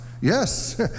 Yes